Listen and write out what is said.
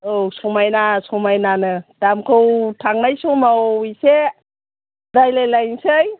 औ समायना समायनानो दामखौ थांनाय समाव एसे रायज्लायलायनोसै